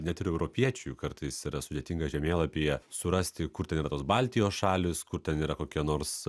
net ir europiečiui kartais yra sudėtinga žemėlapyje surasti kur ten yra tos baltijos šalys kur ten yra kokia nors